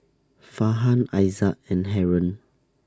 Farhan Aizat and Haron